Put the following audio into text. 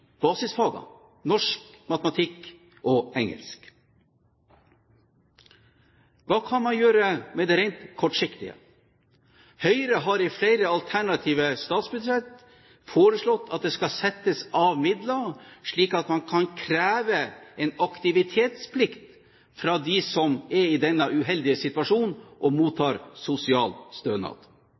basisfagene norsk, matematikk og engelsk. Hva kan man gjøre på kort sikt? Høyre har i flere alternative statsbudsjett foreslått at det skal settes av midler, slik at man kan kreve en aktivitetsplikt av dem som er i den uheldige situasjon at de mottar